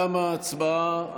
תמה ההצבעה.